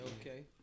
okay